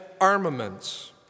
armaments